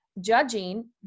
Judging